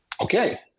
Okay